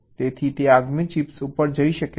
તેથી તે આગામી ચિપ ઉપર જઈ શકે છે